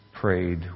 prayed